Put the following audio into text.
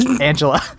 Angela